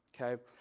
Okay